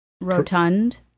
Rotund